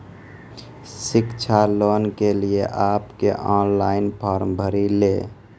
शिक्षा लोन के लिए आप के ऑनलाइन फॉर्म भरी ले?